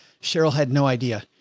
cheryl had no idea,